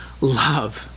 love